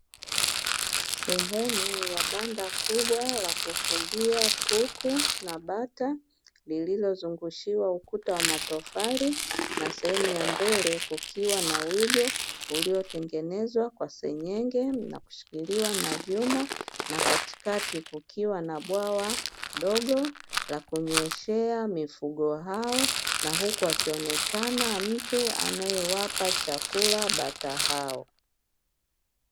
Sehemu ya banda kubwa la kufugia kuku na bata lililozungushiwa ukuta wa matofali na sehemu ya mbele, kukiwa na wigo uliotengenezwa kwa senyenge na kushikiliwa na vyuma; na katikati kukiwa na bwawa dogo la kunyweshea mifugo hao, na huku wakionekana mtu anayewapa chakula bata hao.